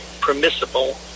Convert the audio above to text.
permissible